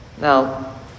Now